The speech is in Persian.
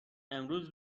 امروز